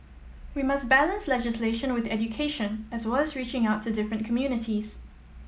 we must balance legislation with education as well as reaching out to different communities